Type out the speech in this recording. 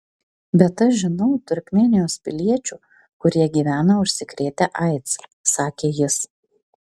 bet aš žinau turkmėnijos piliečių kurie gyvena užsikrėtę aids sakė jis